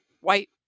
white